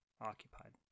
occupied